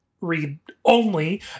read-only